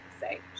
say